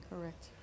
Correct